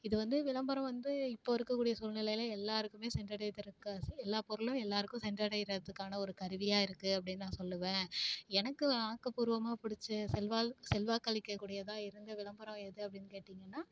இது வந்து விளம்பரம் வந்து இப்போ இருக்கக்கூடிய சூழ்நிலைல எல்லோருக்குமே சென்றடையறதுக்கு எல்லா பொருளும் எல்லோருக்கும் சென்றடைகிறதுக்குக்கான ஒரு கருவியாக இருக்குது அப்படின்னு நான் சொல்லுவேன் எனக்கு ஆக்கப்பூர்வமாக பிடிச்ச செல்வால் செல்வாக்கு அளிக்கக்கூடியதாக இருந்த விளம்பரம் எது அப்படின்னு கேட்டீங்கன்னால்